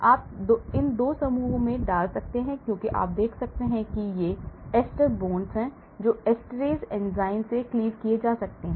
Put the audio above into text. आप इन 2 समूहों में डाल सकते हैं क्योंकि आप देख सकते हैं कि ये ester bonds हैं जो esterase enzyme से क्लीव किए जा सकते हैं